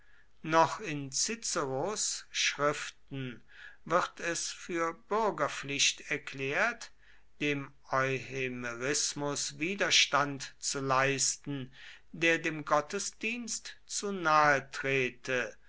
noch in ciceros schriften wird es für bürgerpflicht erklärt dem euhemerismus widerstand zu leisten der dem gottesdienst zu nahe trete